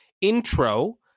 intro